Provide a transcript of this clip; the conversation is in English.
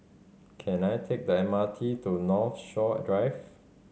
can I take the M R T to Northshore Drive